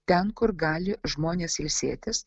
ten kur gali žmonės ilsėtis